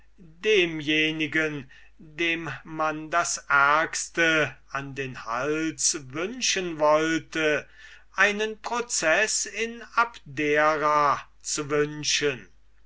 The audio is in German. demjenigen dem man das ärgste an den hals wünschen wollte einen proceß in abdera zu wünschen